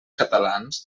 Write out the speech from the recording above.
catalans